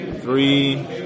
Three